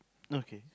okay